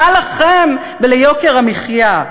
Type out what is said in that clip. מה לכם וליוקר המחיה?